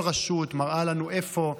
כל רשות מראה לנו איפה.